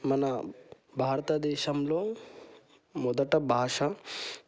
మన భారత దేశంలో మొదటి భాష